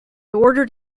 ordered